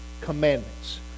commandments